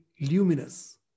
luminous